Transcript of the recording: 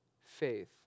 faith